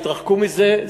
תתרחקו מזה,